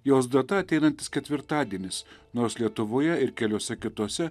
jos data ateinantis ketvirtadienis nors lietuvoje ir keliose kitose